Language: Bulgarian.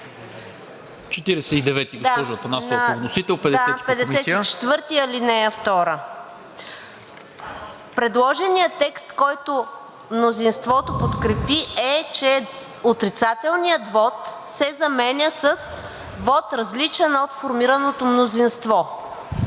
…54, ал. 2. Предложеният текст, който мнозинството подкрепи, е, че отрицателният вот се заменя с вот, различен от формираното мнозинство.